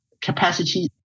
capacity